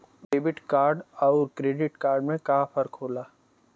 Debit card अउर credit card में का फर्क होला?